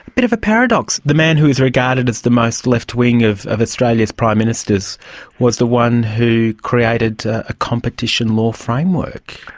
bit of a paradox the man who is regarded as the most left-wing of of australia's prime ministers was the one who created a competition law framework.